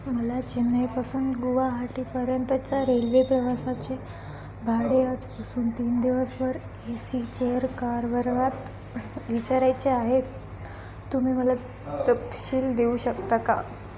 मला चेन्नईपासून गुवाहाटीपर्यंतच्या रेल्वे प्रवासाचे भाडे आजपासून तीन दिवसवर ए सी चेअर कार वर्गात विचारायचे आहेत तुम्ही मला तपशील देऊ शकता का